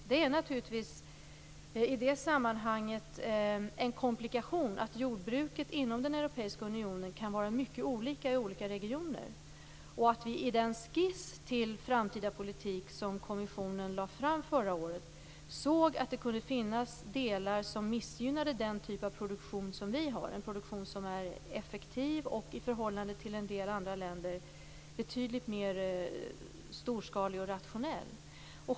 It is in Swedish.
I det sammanhanget är det självfallet en komplikation att jordbruket inom den europeiska unionen kan vara mycket olika i olika regioner. I den skiss till framtida politik som kommissionen lade fram förra året såg vi att det kunde finnas delar som missgynnade den typ av produktion som vi har. Det är en produktion som är effektiv och i förhållande till en del andra länder betydligt mer storskalig och rationell.